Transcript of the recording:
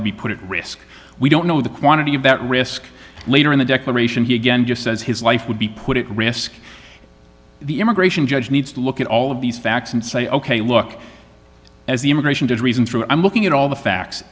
would be put at risk we don't know the quantity of that risk later in the declaration he again just says his life would be put at risk the immigration judge needs to look at all of these facts and say ok look as the immigration judge reason through i'm looking at all the facts